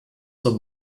zur